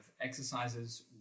exercises